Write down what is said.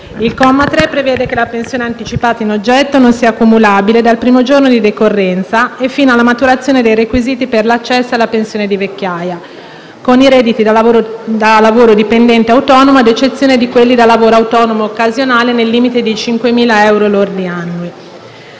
Il comma 3 prevede che la pensione anticipata in oggetto non sia cumulabile, dal primo giorno di decorrenza e fino alla maturazione dei requisiti per l'accesso alla pensione di vecchiaia, con i redditi da lavoro dipendente o autonomo, ad eccezione di quelli da lavoro autonomo occasionale, nel limite di 5.000 euro lordi annui.